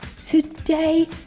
Today